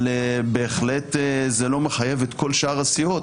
אבל בהחלט זה לא מחייב את כל שאר הסיעות